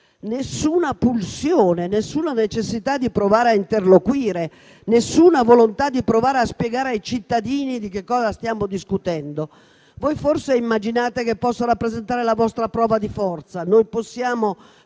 alcuna pulsione e necessità di provare a interloquire, nessuna volontà di provare a spiegare ai cittadini di che cosa stiamo discutendo. Voi forse immaginate che ciò possa rappresentare la vostra prova di forza